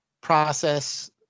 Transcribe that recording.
process